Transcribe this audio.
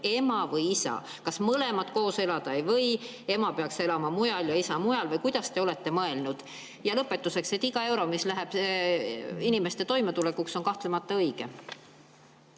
ema või isa? Kas mõlemad koos elada ei või, ema peaks elama mujal või isa mujal? Või kuidas te olete mõelnud? Ja lõpetuseks: iga euro, mis läheb inimeste toimetulekuks, on kahtlemata õige.